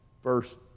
first